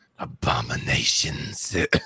Abominations